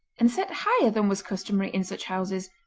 and set higher than was customary in such houses,